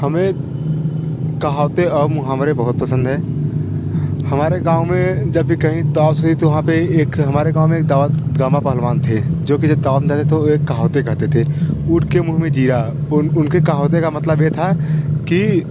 हमें कहावतें और मुहावरे बहुत पसंद है हमारे गाँव में जब भी कहीं दास हुई तो वहाँ पर एक हमारे गाँव में एक दाव गामा पहलवान थे जो की हम गाँव जाते तो एक कहावत कहते थे ऊँट के मुँह में जीरा उनके कहावत का मतलब येह था की